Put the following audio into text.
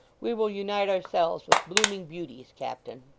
we will unite ourselves with blooming beauties, captain